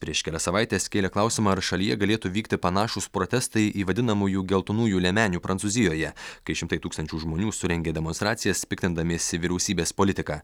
prieš kelias savaites kėlė klausimą ar šalyje galėtų vykti panašūs protestai į vadinamųjų geltonųjų liemenių prancūzijoje kai šimtai tūkstančių žmonių surengė demonstracijas piktindamiesi vyriausybės politika